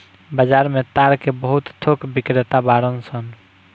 बाजार में ताड़ के बहुत थोक बिक्रेता बाड़न सन